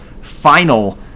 final